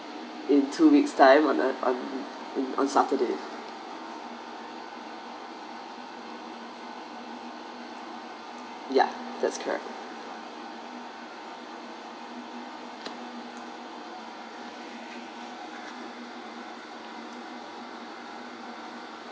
in two weeks time on saturday ya that's correct